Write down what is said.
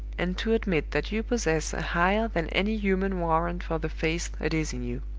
and to admit that you possess a higher than any human warrant for the faith that is in you.